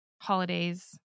holidays